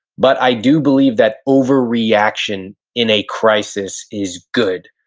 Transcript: but i do believe that overreaction in a crisis is good.